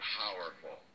powerful